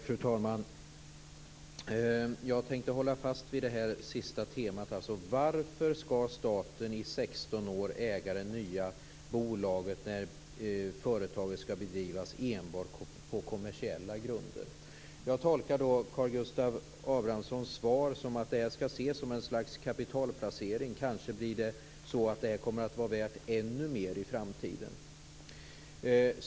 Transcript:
Fru talman! Jag tänkte hålla fast vid det sista temat. Varför skall staten äga det nya bolaget i 16 år när det skall drivas enbart på kommersiella grunder? Jag tolkar Karl Gustav Abramssons svar som att det här skall ses som ett slags kapitalplacering. Kanske blir det värt ännu mer i framtiden.